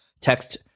Text